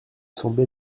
semblez